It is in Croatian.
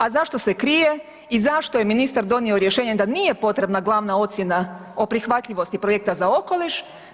A zašto se krije i zašto je ministar donio rješenje da nije potrebna glavna ocjena o prihvatljivosti projekta za okoliš?